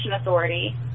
Authority